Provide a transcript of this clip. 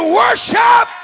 worship